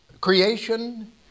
creation